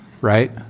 right